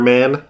Man